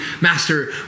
master